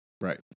Right